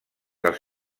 als